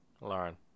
Lauren